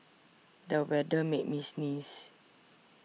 the weather made me sneeze